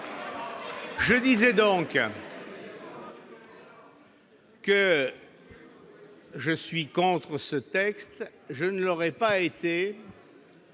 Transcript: Je disais donc que je suis contre ce texte, mais que je ne l'aurais pas été